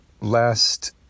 last